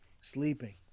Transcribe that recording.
Sleeping